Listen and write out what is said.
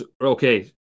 Okay